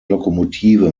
lokomotive